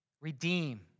redeem